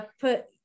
put